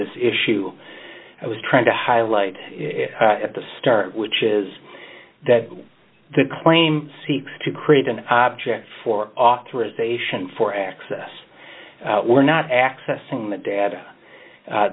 this issue i was trying to highlight at the start which is that the claim seeks to create an object for authorization for access we're not accessing the data